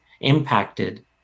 impacted